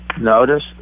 notice